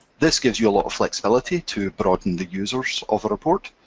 this gives you a lot of flexibility to broaden the users of a report,